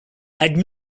had